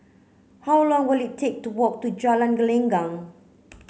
how long will it take to walk to Jalan Gelenggang